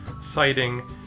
citing